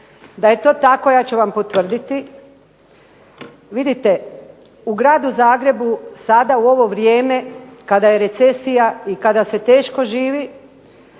Da je to tako ja ću vam potvrditi. Vidite u gradu Zagrebu sada u ovo vrijeme, kada je recesija i kada se teško živi,